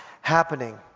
happening